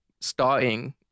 starting